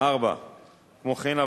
4. כמו כן,